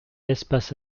l’espace